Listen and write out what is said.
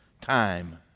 Time